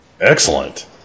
Excellent